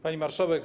Pani Marszałek!